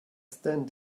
stand